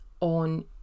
on